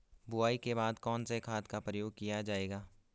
बुआई के बाद कौन से खाद का प्रयोग किया जायेगा?